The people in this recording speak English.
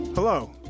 Hello